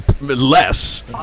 less